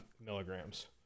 milligrams